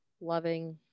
loving